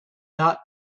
dot